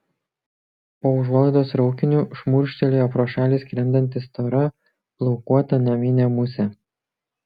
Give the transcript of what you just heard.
po užuolaidos raukiniu šmurkštelėjo pro šalį skrendanti stora plaukuota naminė musė